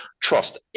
trust